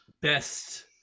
best